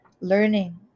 learning